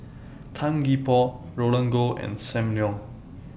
Tan Gee Paw Roland Goh and SAM Leong